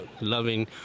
loving